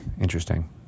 Interesting